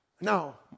Now